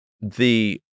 the-